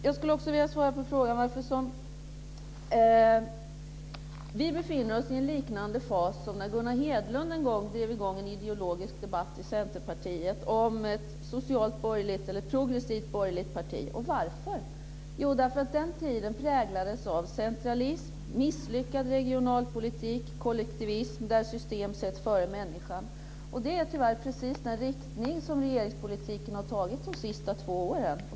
Jag vill också svara på en annan fråga. Vi befinner oss i en fas liknande den när Gunnar Hedlund en gång tog upp en ideologisk debatt i Centerpartiet om ett socialt borgerligt eller progressivt borgerligt parti. Varför det? Jo, den tiden präglades av centralism, misslyckad regionalpolitik och en kollektivism där system sattes före människan. Det är tyvärr precis den inriktning som regeringspolitiken har fått under de senaste två åren.